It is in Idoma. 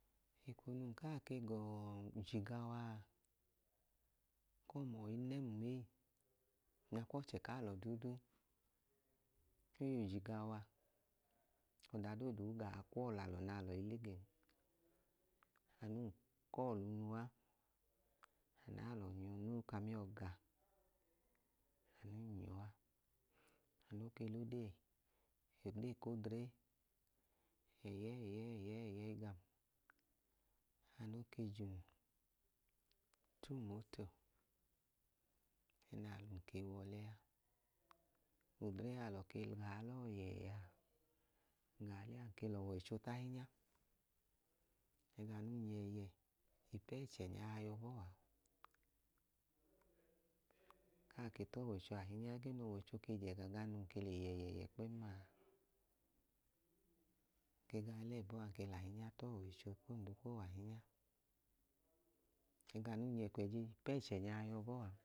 Eko num ga ujigawa a, eko ọma, ọyinẹm ee, ọnyakwu alọ duudu o yọ ujigawa. Ọda doodu i gaa kwu ọọ lẹ alọ nẹ alọ i le gẹn, anu num kọọlu unu a. anu noo ka amiyọ ga. Anu num nyọ a. anu nook e la ode, ode ku odre ẹyẹẹyi ẹyẹẹyi gam, anoo ke jum ta umoto, nẹ alọ ke wa ọlẹ a. Odre a, alọ gaa le ọọ yẹẹ a, ng ga ọlẹ a, ng ke lẹ ọwọicho ta ahinya. Ẹga num yẹ yẹ ipu ẹchẹ nya a yọ bọọ a. Ng kaa ke ta ọwọicho ahinya ẹgẹẹ nẹ ọwọicho je ẹga gam num ke yẹ, yẹ, yẹ kpẹẹm a. Ng keg a ọlẹ ẹbọ a, ng ke lẹ ahinya ta ọwọicho kum ka o ke wẹ ahinya. Ẹga num yẹ kwẹji ipu ẹchẹ kum a yọ bọọ a.